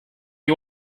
you